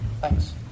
thanks